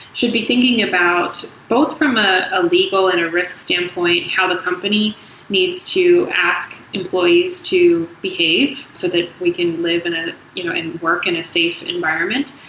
should be thinking about both from ah a legal and a risk standpoint how the company needs to ask employees to behave so that we can live ah you know and work in a safe environment,